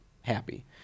happy